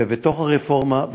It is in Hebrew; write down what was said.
ובתוך הרפורמה,